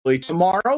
tomorrow